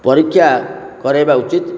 ପରୀକ୍ଷା କରାଇବା ଉଚିତ